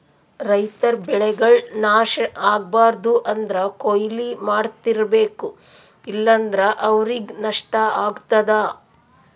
ರೈತರ್ ಬೆಳೆಗಳ್ ನಾಶ್ ಆಗ್ಬಾರ್ದು ಅಂದ್ರ ಕೊಯ್ಲಿ ಮಾಡ್ತಿರ್ಬೇಕು ಇಲ್ಲಂದ್ರ ಅವ್ರಿಗ್ ನಷ್ಟ ಆಗ್ತದಾ